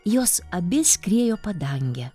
jos abi skriejo padange